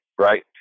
right